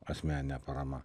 asmeninė parama